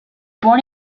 born